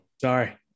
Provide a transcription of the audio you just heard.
sorry